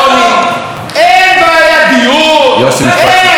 אין מספר הילדים הגדול ביותר מתחת לקו העוני.